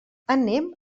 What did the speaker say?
anem